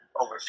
over